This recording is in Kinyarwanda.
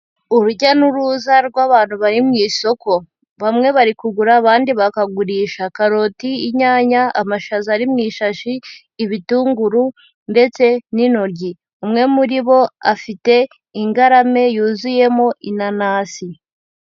Urujya n'uruza rw'abantu bari mu isoko, bamwe bari kugura abandi bakagurisha, karoti, inyanya, amashaza ari mu ishashi, ibitunguru ndetse n'intoryi, umwe muri bo afite ingarame yuzuyemo inanasi.